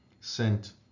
sent